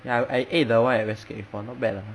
ya I ate the one at west gate before not bad lah